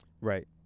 Right